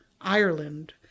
Ireland